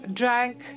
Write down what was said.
drank